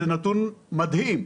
זה נתון מדהים.